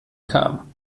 kam